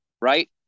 right